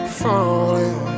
falling